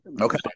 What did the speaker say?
Okay